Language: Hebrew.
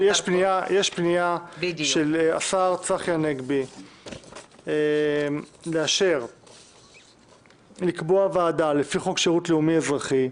יש פנייה של השר צחי הנגבי לאשר לקבוע ועדה לפי חוק שירות לאומי-אזרחי,